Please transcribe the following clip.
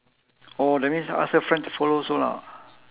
oh that means ask her friend to follow also lah